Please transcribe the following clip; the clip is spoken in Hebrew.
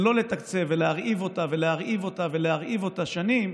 שלא לתקצב ולהרעיב אותה ולהרעיב אותה ולהרעיב אותה שנים,